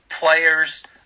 players